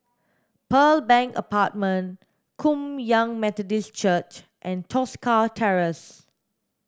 Pearl Bank Apartment Kum Yan Methodist Church and Tosca Terrace